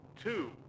two